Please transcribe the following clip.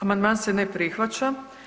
Amandman se ne prihvaća.